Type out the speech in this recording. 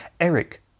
Eric